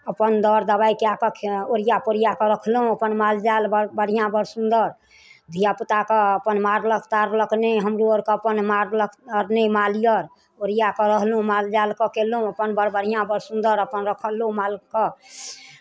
अपन दर दबाइ कए कऽ खे अपन ओरिआ पोरिआ कऽ रखलहुँ अपन मालजाल बड़ बढ़िआँ बड़ सुन्दर धियापुताकेँ अपन मारलक ताड़लक नहि हमरो आओरकेँ अपन मारलक नहि माल आओर ओरिआ कऽ रहलहुँ मालजालकेँ कएलहुँ अपन बड़ बढ़िआँ बड़ सुन्दर अपन रखलहुँ मालके